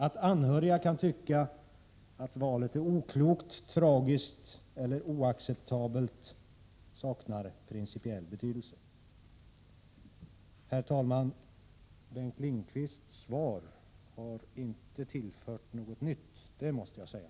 Att anhöriga kan tycka att valet är oklokt, tragiskt eller oacceptabelt saknar principiell betydelse. Fru talman! Bengt Lindqvists svar har inte tillfört något nytt, det måste jag säga.